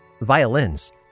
Violins